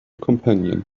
companion